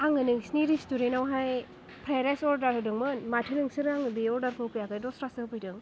आङो नोंसिनि रेस्टुरेन्ट आवहाय फ्राइराइस अर्डार होदोंमोन माथो नोंसोरो आंनो बे अर्डारखौ होफैयाखै दस्रासो होफैदों